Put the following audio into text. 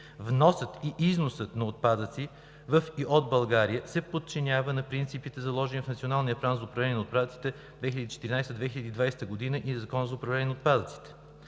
Вносът и износът на отпадъци във и от България се подчинява на принципите, заложени в Националния план за управление на отпадъците 2014 – 2020 г. и в Закона за управление на отпадъците.